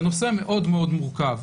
זה נושא מאוד מאוד מורכב,